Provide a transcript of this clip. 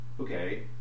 okay